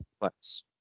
complex